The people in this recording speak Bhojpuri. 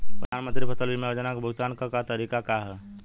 प्रधानमंत्री फसल बीमा योजना क भुगतान क तरीकाका ह?